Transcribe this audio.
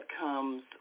comes